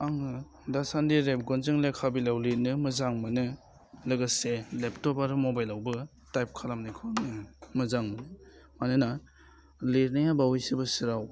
आङो दासान्दि रेबगनजों लेखा बिलाइयाव लिरनो मोजां मोनो लोगोसे लेपटप आरो मबाइलावबो टाइप खालामनायखौ आङो मोजां मोनो मानोना लिरनाया बावैसो बोसोराव